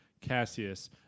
Cassius